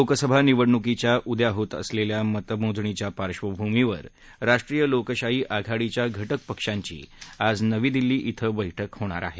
लोकसभा निवडणुकीच्या उद्या होत असलेल्या मतमोजणीच्या पार्श्वभूमीवर राष्ट्रीय लोकशाही आघाडीच्या घ क्रि पक्षांची आज नवी दिल्ली इथं बैठक होणार आहे